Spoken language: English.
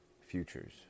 futures